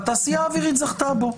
והתעשייה האווירית זכתה בו,